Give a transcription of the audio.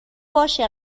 باشه